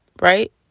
right